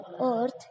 earth